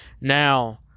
Now